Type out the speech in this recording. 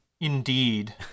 Indeed